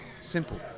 Simple